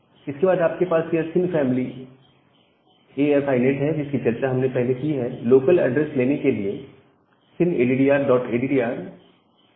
इसके बाद आपके पास यह सिन फैमिली AF INET है जिसकी चर्चा हमने पहले ही की है लोकल ऐड्रेस लेने के लिए sin addraddr INADDR ANY है